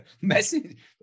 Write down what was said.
Message